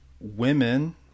women